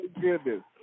goodness